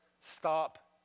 stop